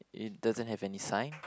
it doesn't have any sign